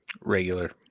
Regular